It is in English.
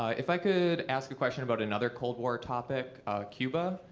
if i could ask a question about another cold war topic cuba.